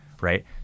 right